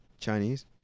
Chinese